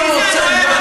סליחה,